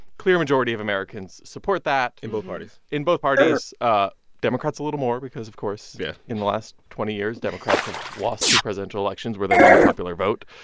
clear majority of americans support that in both parties in both parties ah democrats a little more because, of course. yeah. in the last twenty years, democrats have lost two presidential elections where they won the popular vote.